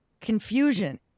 confusion